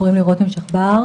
קוראים לי רותם שחבר,